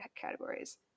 categories